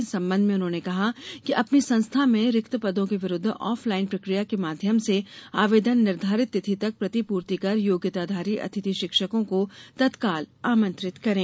इस संबंध में उन्होंने कहा कि अपनी संस्था में रिक्त पदों के विरूद्व आफ लाईन प्रक्रिया के माध्यम से आवेदन निर्धारित तिथि तक प्रतिपूर्ति कर योग्यताधारी अतिथि शिक्षकों को तत्काल आमंत्रित करे